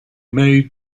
made